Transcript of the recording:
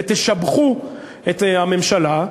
ותשבחו את הממשלה,